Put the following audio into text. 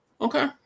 Okay